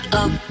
up